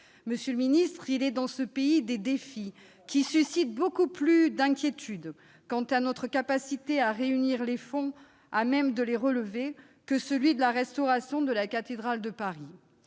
Monsieur le ministre, il est dans ce pays des défis qui suscitent beaucoup plus d'inquiétudes quant à notre capacité à réunir les fonds nécessaires pour les relever que celui de la restauration de la cathédrale de Paris